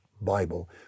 Bible